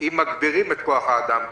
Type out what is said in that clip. אם מגדילים את כוח האדם כמובן.